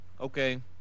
okay